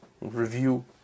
review